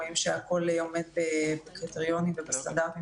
רואים שהכול עומד בקריטריונים ובסטנדרטים